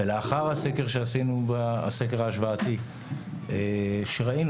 ולאחר הסקר ההשוואתי שעשינו וראינו